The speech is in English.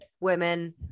women